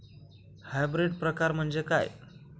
Hybrid प्रकार म्हणजे काय?